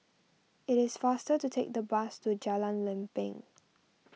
it is faster to take the bus to Jalan Lempeng